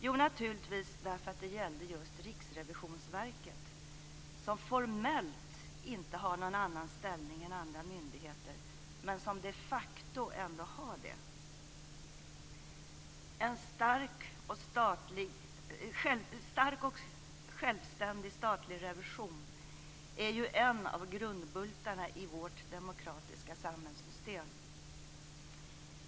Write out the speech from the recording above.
Jo, naturligtvis därför att det gällde just Riksrevisionsverket, som formellt inte har någon annan ställning än andra myndigheter men som de facto ändå har det. En stark och självständig statlig revision är ju en av grundbultarna i vårt demokratiska samhällssystem.